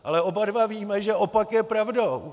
Ale oba víme, že opak je pravdou!